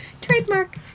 trademark